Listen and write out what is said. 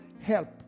help